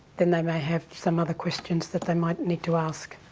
then they may have some other questions that they might need to ask.